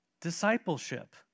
discipleship